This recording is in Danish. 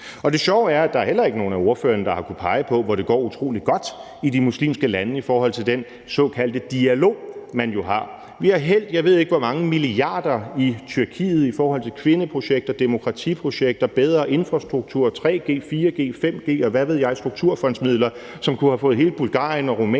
er. Det sjove er, at der heller ikke er nogen af ordførerne, der har kunnet pege på, hvor det går utrolig godt i de muslimske lande i forhold til den såkaldte dialog, man jo har. Vi har hældt, jeg ved ikke hvor mange milliarder i Tyrkiet i forhold til kvindeprojekter, demokratiprojekter, bedre infrastruktur, 3G, 4G, 5G, og hvad ved jeg, strukturfondsmidler, som kunne have fået hele Bulgarien og Rumænien